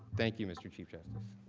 thank you, mr. chief justice?